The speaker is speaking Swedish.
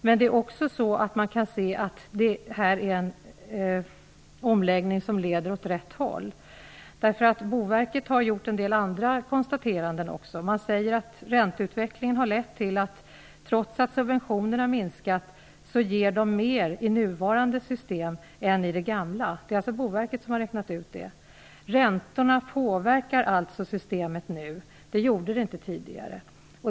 Men man kan också se att detta är en omläggning som leder åt rätt håll. Boverket har också gjort en del andra konstateranden. Man säger att ränteutvecklingen lett till att subventionerna trots att de har minskat ger mer i nuvarande system än i det gamla. Det är alltså Boverket som har räknat ut det. Räntorna påverkar nu systemet. Det gjorde de inte tidigare.